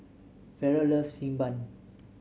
Ferrell loves Xi Ban